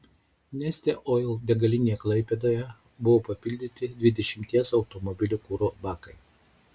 neste oil degalinėje klaipėdoje buvo papildyti dvidešimties automobilių kuro bakai